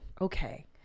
Okay